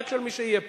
רק של מי שיהיה פה.